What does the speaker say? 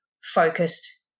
focused